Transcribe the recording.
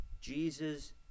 Jesus